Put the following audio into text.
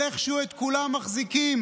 אבל איכשהו את כולם מחזיקים